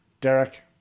Derek